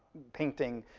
painting,